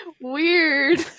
Weird